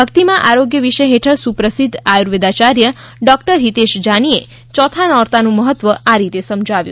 ભક્તિ માં આરોગ્ય વિષય હેઠળ સુપ્રસિધ્ધ આયુર્વેદાયાર્ય ડોક્ટર હિતેશ જાની એ યોથા નોરતાનું મહત્વ આ રીતે સમજાવ્યું